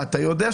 זה המהלך.